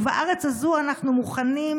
ובארץ הזו אנחנו מוכנים,